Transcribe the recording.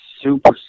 super